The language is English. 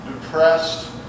depressed